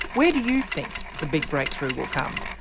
where do you think the big breakthrough will come?